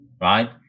Right